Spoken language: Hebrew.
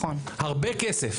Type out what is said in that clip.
הרבה כסף.